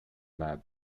lab